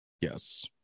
Yes